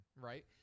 right